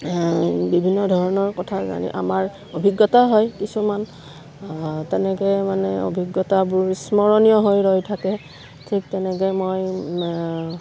বিভিন্ন ধৰণৰ কথা জানি আমাৰ অভিজ্ঞতা হয় কিছুমান তেনেকৈ মানে অভিজ্ঞতাবোৰ স্মৰণীয় হৈ ৰৈ থাকে ঠিক তেনেকৈ মই